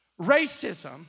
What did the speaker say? Racism